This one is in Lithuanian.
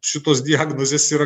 šitos diagnozės yra